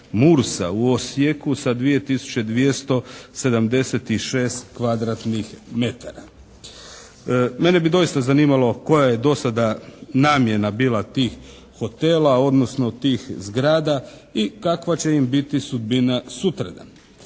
kvadratnih metara. Mene bi doista zanimalo koja je do sada namjena bila tih hotela, odnosno tih zgrada i kakva će im biti sudbina sutradan.